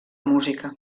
música